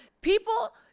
People